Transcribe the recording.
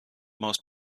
most